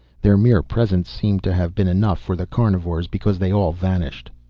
their mere presence seemed to have been enough for the carnivores, because they all vanished.